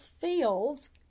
fields